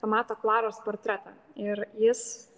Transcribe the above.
pamato klaros portretą ir jis